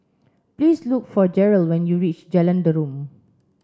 please look for Jerrell when you reach Jalan Derum